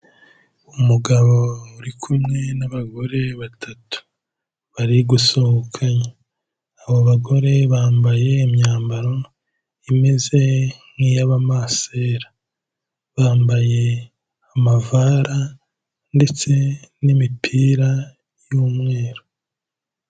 Umugabo uri kumwe n'abagore batatu bari gusohoka, abo bagore bambaye imyambaro imeze nk'iy'abamasera, bambaye amavara ndetse n'imipira y'umweru.